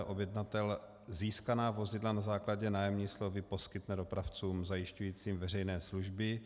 Objednatel získaná vozidla na základě nájemní smlouvy poskytne dopravcům zajišťujícím veřejné služby.